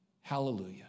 Hallelujah